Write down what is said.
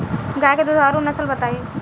गाय के दुधारू नसल बताई?